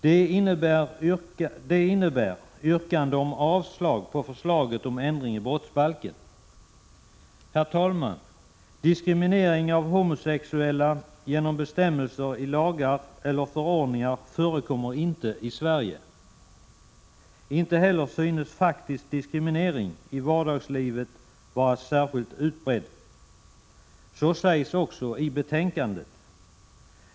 Det innebär yrkande om avslag på förslaget om ändring i brottsbalken. Herr talman! Diskriminering av homosexuella genom bestämmelser i lagar eller förordningar förekommer inte i Sverige. Inte heller synes faktiskt diskriminering i vardagslivet vara särskilt utbredd. Så sägs i betänkandet.